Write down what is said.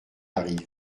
arrive